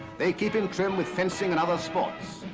they keep in trim with fencing and other sports.